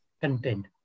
Contained